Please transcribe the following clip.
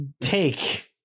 take